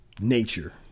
nature